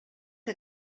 que